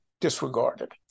disregarded